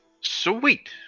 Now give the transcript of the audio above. sweet